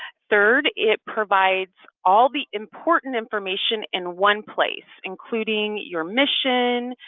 third, it provides all the important information in one place, including your mission,